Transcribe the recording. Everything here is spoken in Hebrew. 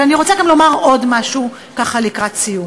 אבל אני רוצה גם לומר עוד משהו, ככה, לקראת סיום.